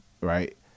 right